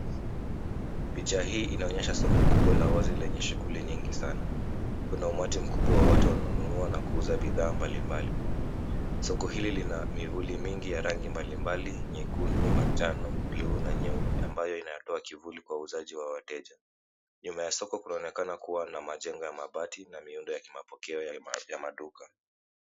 Picha hii inaonyesha soko kubwa la wazi lenye shughuli nyingi saana. Kuna umati mkubwa wa watu wanaonunua na kuuza bidhaa mbalimbali. Soko hili lina mivuli mingi ya rangi mbalimbali nyekundu, manjano, bluu na nyeupe ambayo inatoa kivuli kwa wauzaji wa wateja. Nyuma ya soko kunaonekana kuwa na majengo ya mabati na miundo ya kimapokeo ya maduka